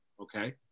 Okay